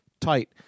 tight